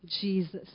Jesus